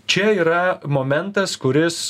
čia yra momentas kuris